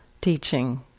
teaching